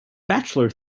bachelor